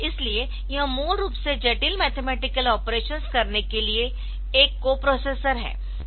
इसलिए यह मूल रूप से जटिल मैथेमैटिकल ऑपरेशन्स करने के लिए एक कोप्रोसेसर है